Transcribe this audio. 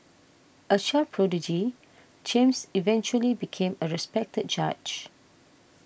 a child prodigy James eventually became a respected judge